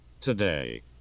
today